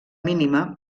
mínima